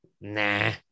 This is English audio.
Nah